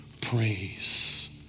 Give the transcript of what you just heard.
praise